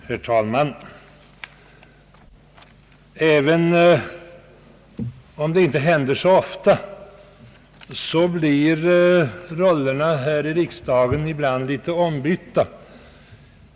Herr talman! Även om det inte händer ofta, så förkommer det ibland att rollerna här i riksdagen blir litet ombytta.